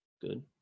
Good